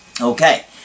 Okay